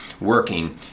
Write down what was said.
working